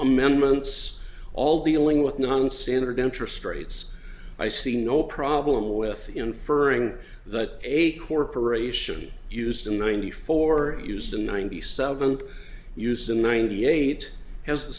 amendments all dealing with nonstandard interest rates i see no problem with inferring that a corporation used in the ninety four used and ninety seven used in the ninety eight has the